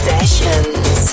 Sessions